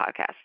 podcast